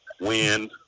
Wind